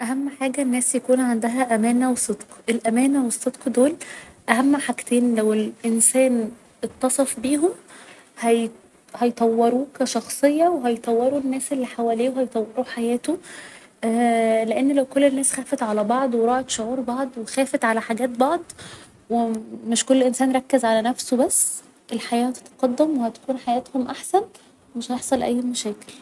اهم حاجة الناس يكون عندها أمانة و صدق الأمانة و الصدق دول اهم حاجتين لو الإنسان اتصف بيهم هي هيطوروه كشخصية و هيطوروا الناس اللي حواليه و هيطوروا حياته لان لو كل الناس خافت على بعض و راعت شعور بعدو خافت على حاجات بعض مش كل إنسان ركز على نفسه بس الحياة هنتقدم و هتكون حياتهم احسن و مش هيحصل اي مشاكل